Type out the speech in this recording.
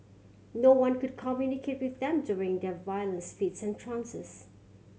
no one could communicate with them during their violent fits and trances